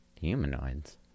humanoids